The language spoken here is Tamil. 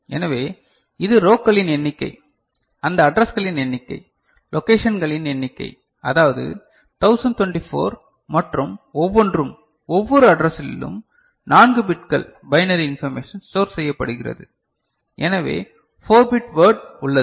எனவே இது ரோக்களின் எண்ணிக்கை அந்த அட்ரஸ்களின் எண்ணிக்கை லொகேஷன்களின் எண்ணிக்கை அதாவது 1024 மற்றும் ஒவ்வொன்றும் ஒவ்வொரு அட்ரஸிலும் 4 பிட்கள் பைனரி இன்பர்மேஷன் ஸ்டோர் செய்யப்படுகிறது எனவே 4 பிட் வர்ட் உள்ளது